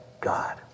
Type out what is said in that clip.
God